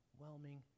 overwhelming